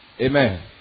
Amen